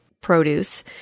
produce